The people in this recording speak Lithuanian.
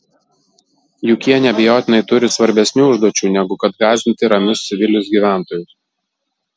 juk jie neabejotinai turi svarbesnių užduočių negu kad gąsdinti ramius civilius gyventojus